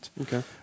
okay